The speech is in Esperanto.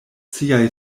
siaj